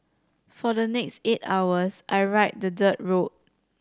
for the next eight hours I ride the dirt road